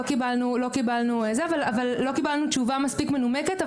לא קיבלנו תשובה מספיק מנומקת.